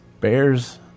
Bears